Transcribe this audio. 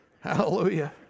Hallelujah